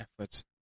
efforts